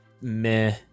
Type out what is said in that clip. meh